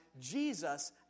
Jesus